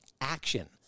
action